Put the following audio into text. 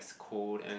cold and